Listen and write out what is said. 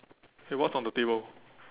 okay what's on the table